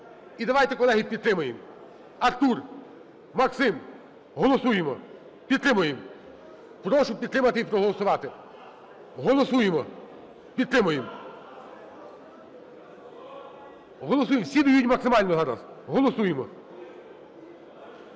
І давайте, колеги, підтримаємо. Артур, Максим, голосуємо, підтримуємо. Прошу підтримати і проголосувати. Голосуємо, підтримуємо. Всі дають максимально зараз, голосуємо.